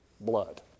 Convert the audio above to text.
blood